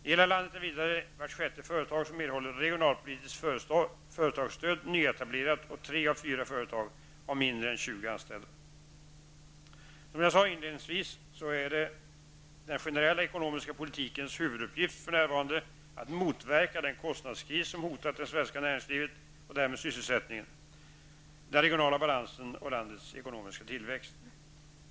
I hela landet är vidare vart sjätte företag som erhåller regionalpolitiskt företagsstöd nyetablerat och tre av fyra företag har mindre än tjugo anställda Som jag sade inledningsvis, så är den generella ekonomiska politikens huvuduppgift för närvarande att motverka den kostnadskris som hotar det svenska näringslivet och därmed sysselsättningen, den regionala balansen och landets ekonomiska tillväxt.